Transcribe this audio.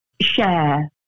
share